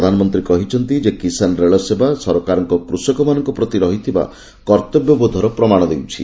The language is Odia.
ପ୍ରଧାନମନ୍ତ୍ରୀ କହିଛନ୍ତି କିଷାନ ରେଳସେବା ସରକାରଙ୍କର କୃଷକମାନଙ୍କ ପ୍ରତି ରହିଥିବା କର୍ତ୍ତବ୍ୟବୋଧର ପ୍ରମାଣ ଦେଉଛି